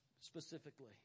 specifically